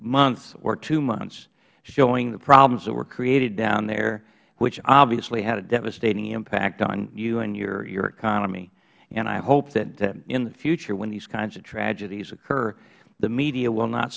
month or hmonths showing the problems that were created down there which obviously had a devastating impact on you and your economy and i hope that in the future when these kinds of tragedies occur the media will not